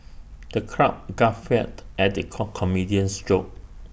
the crowd guffawed at the coke comedian's jokes